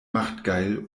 machtgeil